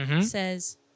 says